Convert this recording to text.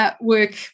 work